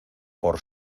por